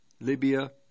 Libya